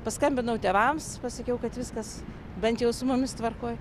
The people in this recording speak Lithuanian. paskambinau tėvams pasakiau kad viskas bent jau su mumis tvarkoj